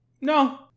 No